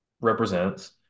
represents